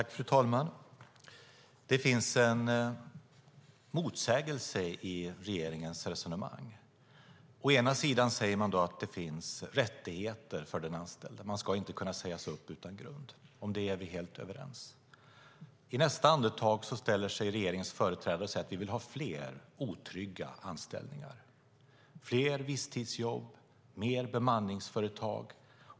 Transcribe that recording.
Fru talman! Det finns en motsägelse i regeringens resonemang. Å ena sidan säger man att det finns rättigheter för den anställde. Man ska inte kunna sägas upp utan grund. Om det är vi helt överens. I nästa andetag säger regeringens företrädare: Vi vill ha fler otrygga anställningar, fler visstidsjobb och mer bemanningsföretag.